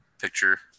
picture